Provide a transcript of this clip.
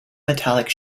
metallic